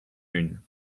une